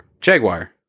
Jaguar